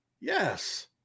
Yes